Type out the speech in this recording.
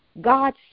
God